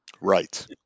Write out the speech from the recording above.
Right